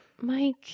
Mike